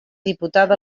diputada